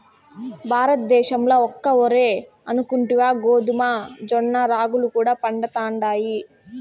భారతద్దేశంల ఒక్క ఒరే అనుకుంటివా గోధుమ, జొన్న, రాగులు కూడా పండతండాయి